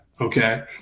Okay